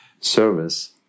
service